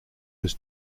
was